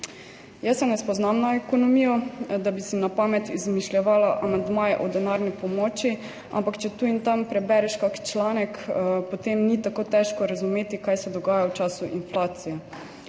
Jaz se ne spoznam na ekonomijo, da bi si na pamet izmišljevala amandmaje o denarni pomoči, ampak če tu in tam prebereš kakšen članek, potem ni tako težko razumeti, kaj se dogaja v času inflacije.